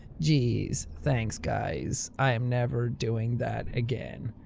geez. thanks guys. i am never doing that again.